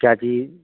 ਕਿਆ ਚੀਜ਼